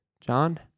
John